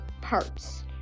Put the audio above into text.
parts